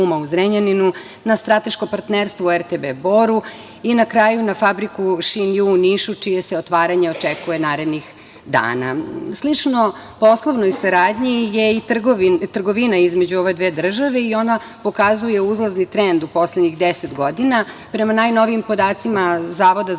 na strateško partnerstvo u RTB „Bor“ i na kraju na fabriku „Šinju“ u Nišu, čije se otvaranje očekuje narednih dana. Slično poslovnoj saradnji je i trgovina između ove države i ona pokazuje uzlazni trend u poslednjih 10 godina. Prema najnovijim podacima Zavoda za